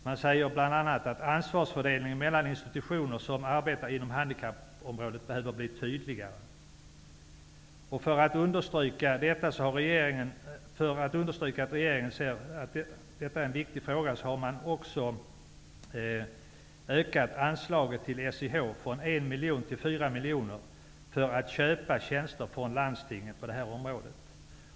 Man säger bl.a. att ansvarsfördelningen mellan institutioner som arbetar inom handikappområdet behöver bli tydligare. För att understryka att det är en viktig fråga har regeringen också ökat anslaget till SIH från 1 miljon till 4 miljoner kronor för att kunna köpa tjänster från landstinget.